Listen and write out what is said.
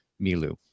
Milu